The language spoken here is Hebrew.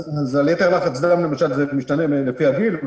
אז יתר לחץ דם זה משתנה לפי הגיל.